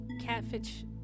catfish